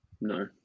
No